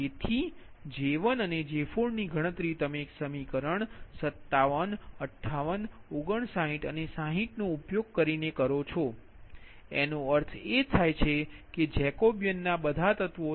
તેથી J1 અને J4 ની ગણતરી તમે સમીકરણ 57 58 59 અને 60 નો ઉપયોગ કરીને કરો એનો અર્થ થાય છે કે જેકોબીયન ના બધા તત્વો